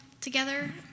together